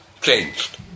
changed